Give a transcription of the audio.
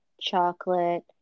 chocolate